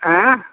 आएँ